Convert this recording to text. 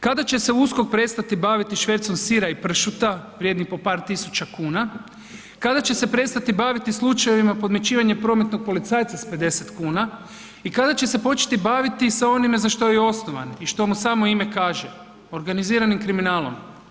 Kada će se USKOK prestati baviti švercom sira i pršuta vrijedni po par tisuća kuna, kada će se prestati baviti slučajevima podmićivanja prometnog policajca sa 50,00 kuna, i kada će se početi baviti sa onime za što je i osnovano, i što mu samo ime kaže, organiziranim kriminalom.